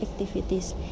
activities